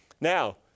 Now